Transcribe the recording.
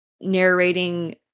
narrating